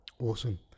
awesome